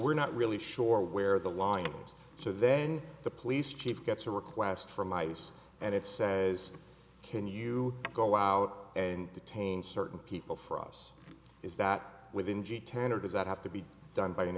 we're not really sure where the lines so then the police chief gets a request from ice and it says can you go out and detain certain people for us is that within g ten or does that have to be done by an